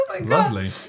lovely